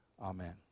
amen